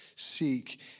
Seek